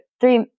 three